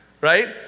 Right